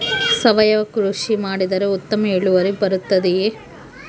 ಸಾವಯುವ ಕೃಷಿ ಮಾಡಿದರೆ ಉತ್ತಮ ಇಳುವರಿ ಬರುತ್ತದೆಯೇ?